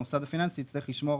המוסד הפיננסי יצטרך לשמור